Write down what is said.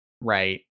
right